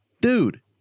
Dude